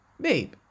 Babe